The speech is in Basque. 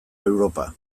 europa